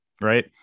Right